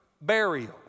burial